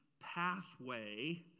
pathway